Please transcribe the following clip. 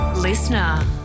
Listener